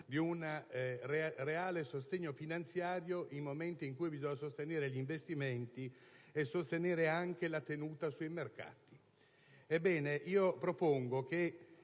Grazie